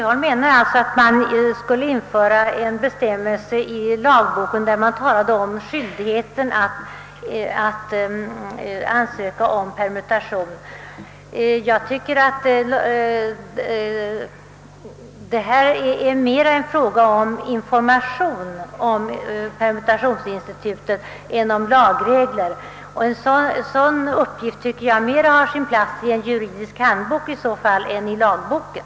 Herr talman! Herr Sjöholm anser alltså att en bestämmelse skulle införas i lagboken, som stadgar skyldighet att ansöka om permutation. Jag tycker att det härvidlag mera är en fråga om information om permutationsinstitutet än om lagregler, och en sådan uppgift bör enligt min mening ha sin plats i en juridisk handbok i stället för i lagboken.